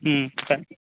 ம்